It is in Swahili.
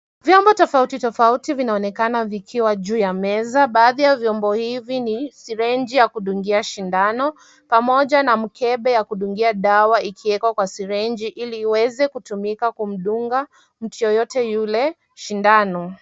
Viombo tofauti tofauti vinaonekana vikiwa juu ya meza. Baadhi ya vyombo hivi ni sirenji ya kudungia shindano. Pamoja na mkebe ya kudungia dawa ikiekwa kwa sirenji ili iweze kutumika kumdunga mtu yeyote yule sindano.